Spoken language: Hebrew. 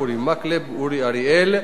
אורי מקלב ואורי אריאל,